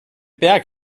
berg